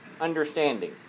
understanding